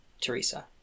Teresa